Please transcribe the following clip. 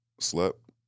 Slept